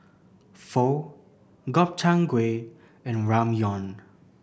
Pho Gobchang Gui and Ramyeon